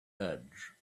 edge